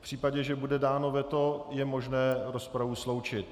V případě, že bude dáno veto, je možné rozpravu sloučit.